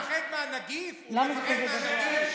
הוא מפחד מהנגיף, הוא מפחד מהנגיף.